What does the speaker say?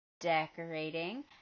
decorating